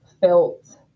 felt